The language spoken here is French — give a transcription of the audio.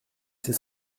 c’est